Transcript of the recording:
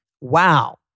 Wow